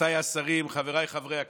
רבותיי השרים, חבריי חברי הכנסת,